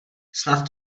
snad